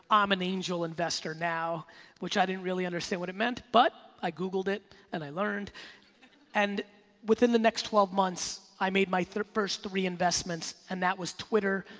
i'm an angel investor now which i didn't really understand what it meant but i googled it and i learned and within the next twelve months, i made my first three investments and that was twitter,